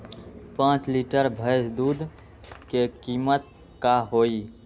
पाँच लीटर भेस दूध के कीमत का होई?